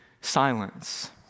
silence